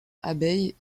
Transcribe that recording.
abeilles